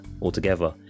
altogether